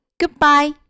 Goodbye